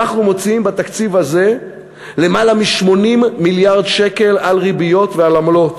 אנחנו מוציאים בתקציב הזה יותר מ-80 מיליארד שקל על ריביות ועל עמלות,